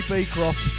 Beecroft